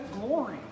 glory